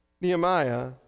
Nehemiah